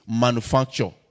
manufacture